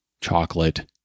chocolate